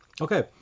Okay